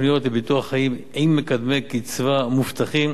תוכניות לביטוח חיים עם מקדמי קצבה מובטחים